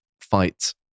fight